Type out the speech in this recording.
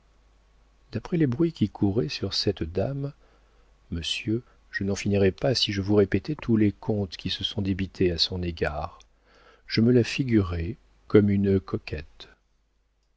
d'après les bruits qui couraient sur cette dame monsieur je n'en finirais pas si je vous répétais tous les contes qui se sont débités à son égard je me la figurais comme une coquette